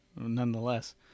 nonetheless